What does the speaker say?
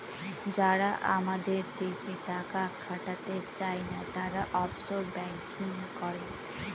যারা আমাদের দেশে টাকা খাটাতে চায়না, তারা অফশোর ব্যাঙ্কিং করে